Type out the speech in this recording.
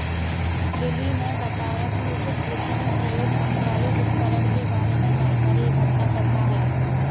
lily ने बताया कि उसे खेती में प्रयोग होने वाले उपकरण के बारे में जानकारी इकट्ठा करना है